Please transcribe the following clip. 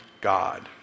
God